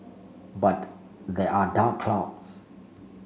but there are dark clouds